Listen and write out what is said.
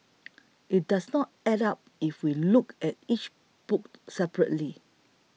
it does not add up if we look at each book separately